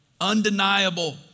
Undeniable